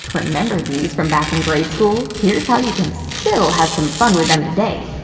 remember these from back in grade school? here's how you can still have some fun with them today!